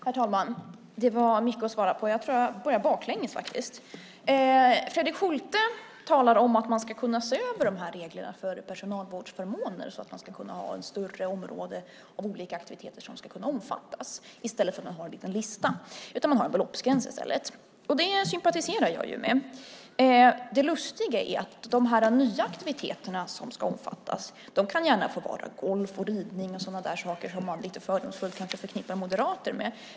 Herr talman! Det var mycket att svara på. Jag tror faktiskt att jag börjar bakifrån. Fredrik Schulte talar om att man ska kunna se över reglerna för personalvårdsförmåner så att ett större område med olika aktiviteter ska kunna omfattas i stället för att man har en liten lista. Man har en beloppsgräns i stället. Det sympatiserar jag med. Det lustiga är att de nya aktiviteter som ska omfattas gärna kan få vara golf och ridning - sådana saker som man kanske lite fördomsfullt förknippar moderater med.